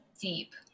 deep